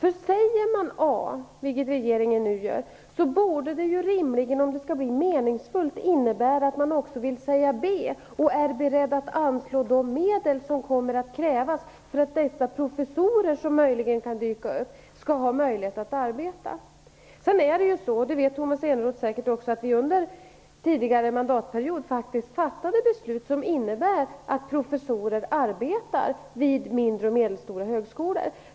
Säger man A - vilket regeringen nu gör - borde det rimligen, om det skall bli meningsfullt, innebära att man också vill säga B. Då måste man också vara beredd att anslå de medel som kommer att krävas för att dessa professorer, som möjligen kan dyka upp, skall ha möjlighet att arbeta. Tomas Eneroth vet säkert också att vi under den tidigare mandatperioden faktiskt fattade beslut som innebär att professorer arbetar vid mindre och medelstora högskolor.